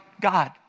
God